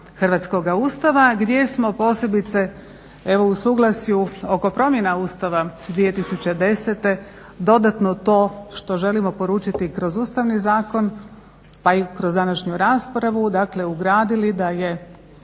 hrvatskoga Ustava gdje smo posebice u suglasju oko promjena Ustava 2010. dodatno to što želimo poručiti kroz Ustavni zakon pa i kroz današnju raspravu dakle ugradili da je